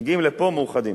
מגיעים לפה מאוחדים.